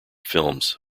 films